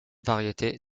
variété